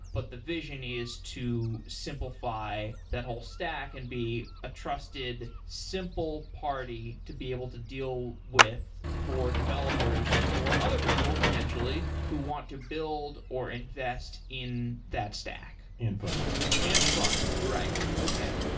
but the vision is to simplify that whole stack and be a trusted, simple party to be able to deal with for developers, or other people potentially who want to build or invest in that stack fun and fun. right. okay.